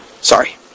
Sorry